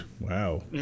wow